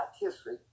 history